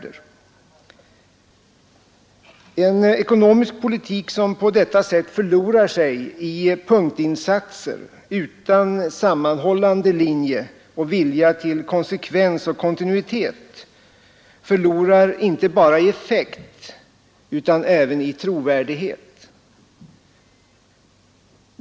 En ekonomisk politik som på detta sätt förlorar sig i punktinsatser utan sammanhållande linje och vilja till konsekvens och kontinuitet förlorar inte bara i effekt utan även i trovärdighet.